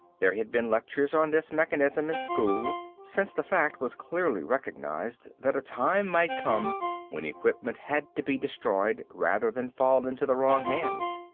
there had been lectures on this mechanism in school, since the fact was clearly recognized that a time might come when equipment had to be destroyed rather than fall into the wrong hands.